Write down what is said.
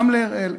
גם לאראל,